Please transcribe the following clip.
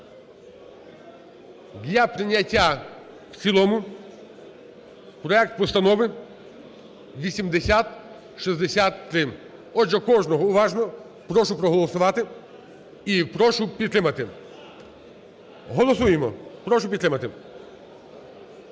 Для прийняття в цілому проект Постанови 8063. Отже, кожного уважно прошу проголосувати і прошу підтримати. Голосуємо, прошу підтримати.